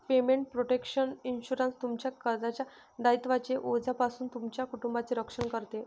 payment protection insurance, तुमच्या कर्जाच्या दायित्वांच्या ओझ्यापासून तुमच्या कुटुंबाचे रक्षण करते